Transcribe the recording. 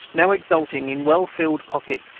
now exulting in well-filled pockets,